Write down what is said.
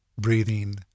breathing